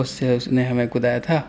اس سے اس نے ہمیں کودایا تھا